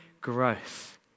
growth